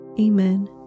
Amen